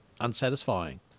unsatisfying